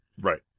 Right